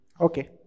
Okay